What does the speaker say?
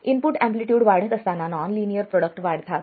input amplitude वाढत असताना non linear product वाढतात